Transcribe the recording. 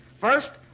First